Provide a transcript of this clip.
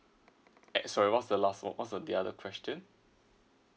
eh what was the last what was the other question